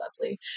lovely